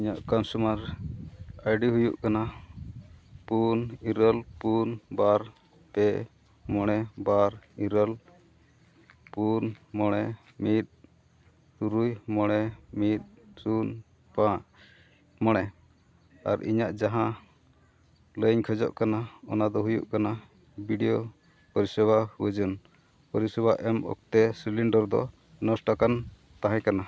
ᱤᱧᱟᱹᱜ consumer ID ᱦᱩᱭᱩᱜ ᱠᱟᱱᱟ ᱯᱩᱱ ᱤᱨᱟᱹᱞ ᱯᱩᱱ ᱵᱟᱨ ᱯᱮ ᱢᱚᱬᱮ ᱵᱟᱨ ᱤᱨᱟᱹᱞ ᱯᱩᱱ ᱢᱚᱬᱮ ᱢᱤᱫ ᱛᱩᱨᱩᱭ ᱢᱚᱬᱮ ᱢᱤᱫ ᱥᱩᱱ ᱯᱟᱸᱪ ᱢᱚᱬᱮ ᱟᱨ ᱤᱧᱟᱹᱜ ᱡᱟᱦᱟᱸ ᱞᱟᱹᱭᱮᱧ ᱠᱷᱳᱡᱚᱜ ᱠᱟᱱᱟ ᱚᱱᱟ ᱫᱚ ᱦᱩᱭᱩᱜ ᱠᱟᱱᱟ ᱵᱤᱰᱭᱳ ᱯᱚᱨᱤᱥᱮᱵᱟ ᱳᱡᱚᱱ ᱯᱚᱨᱤᱥᱮᱵᱟ ᱮᱢᱛᱮ ᱥᱤᱞᱤᱱᱰᱟᱨ ᱫᱚ ᱱᱚᱥᱴ ᱟᱠᱟᱱ ᱛᱟᱦᱮᱸ ᱠᱟᱱᱟ